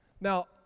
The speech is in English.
Now